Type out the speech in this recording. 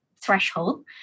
threshold